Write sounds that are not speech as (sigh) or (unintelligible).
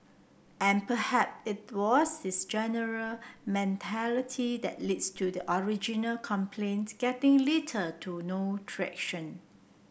and (unintelligible) it was this general mentality that leads to the original complaints getting litter to no traction